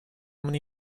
many